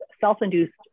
self-induced